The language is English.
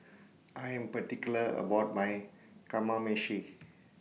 I Am particular about My Kamameshi